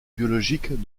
biologiques